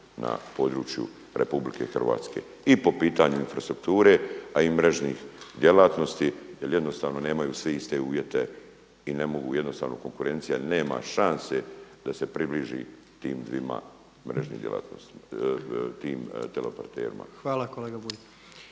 na području RH i po pitanju infrastrukture, a i mrežnih djelatnosti jer jednostavno nemaju svi iste uvjete i ne mogu jednostavno konkurencija nema šanse da se približi tim dvima teleoperaterima. **Jandroković, Gordan (HDZ)** Hvala kolega Bulj.